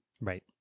Right